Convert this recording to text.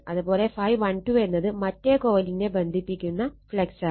അത് പോലെ ∅12 എന്നത് മറ്റേ കൊയിലിനെ ബന്ധിപ്പിക്കുന്ന ഫ്ളക്സാണ്